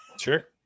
Sure